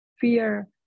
fear